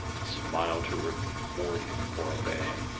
and smiled to reward him for obeying,